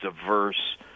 diverse